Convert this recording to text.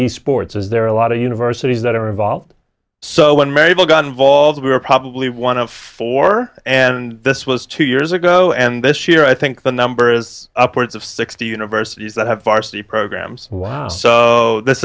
these sports as there are a lot of universities that are involved so when mabel got involved we were probably one of four and this was two years ago and this year i think the number is upwards of sixty universities that have farsi programs wow so this